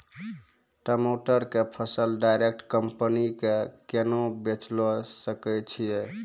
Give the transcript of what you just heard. टमाटर के फसल डायरेक्ट कंपनी के केना बेचे सकय छियै?